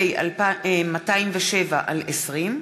פ/207/20,